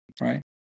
Right